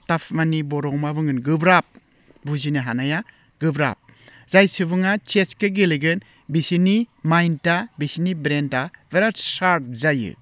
ताफ माने बर'वाव मा बुंगोन गोब्राब बुजिनो हानाया गोब्राब जाय सुबुङा चेसखौ गेलेगोन बिसोरनि माइन्डआ बिसोरनि ब्रेइनआ बिराथ शार्प जायो